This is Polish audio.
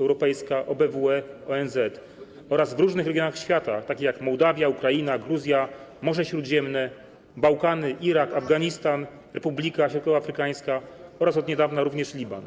Europejskiej, OBWE, ONZ - oraz w różnych regionach świata, takich jak: Mołdawia, Ukraina, Gruzja, Morze Śródziemne, Bałkany, Irak, Afganistan, Republika Środkowoafrykańska oraz od niedawna również Liban.